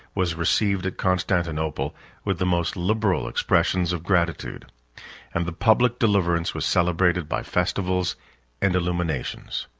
was received at constantinople with the most liberal expressions of gratitude and the public deliverance was celebrated by festivals and illuminations.